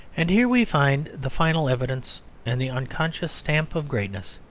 and here we find the final evidence and the unconscious stamp of greatness,